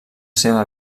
seva